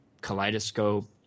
Kaleidoscope